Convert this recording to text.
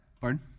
Pardon